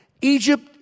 Egypt